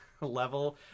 level